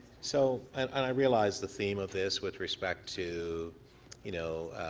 so and i realize the theme of this with respect to you know,